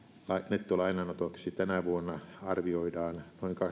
nettolainanotoksi tänä vuonna arvioidaan noin